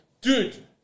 Dude